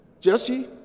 Jesse